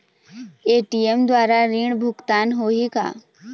ATM द्वारा ऋण भुगतान होही का?